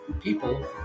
people